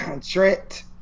Trent